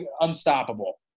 unstoppable